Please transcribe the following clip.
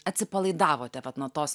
atsipalaidavote vat nuo tos